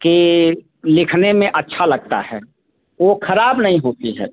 कि लिखने में अच्छा लगता है वो खराब नहीं होती है